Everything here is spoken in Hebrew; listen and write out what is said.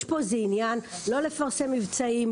יש פה איזה עניין לא לפרסם מבצעים,